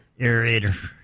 Aerator